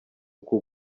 uku